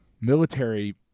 military